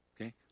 Okay